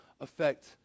affect